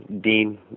Dean